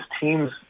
teams